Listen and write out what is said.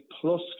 plus